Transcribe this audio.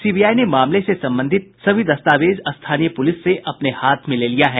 CBI ने मामले से संबंधित सभी दस्तावेज स्थानीय पुलिस से अपने हाथ में ले लिया है